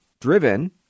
driven